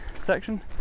section